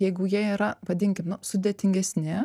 jeigu jie yra vadinkim nu sudėtingesni